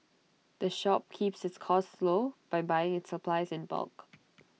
the shop keeps its costs low by buying its supplies in bulk